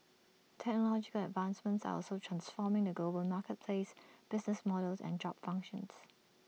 technological advancements are also transforming the global marketplace business models and job functions